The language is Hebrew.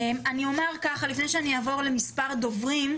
לפני שאני אעבור למספר דוברים,